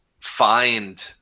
find